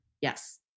Yes